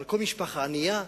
אבל כל משפחה ענייה,